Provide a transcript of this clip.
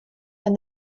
and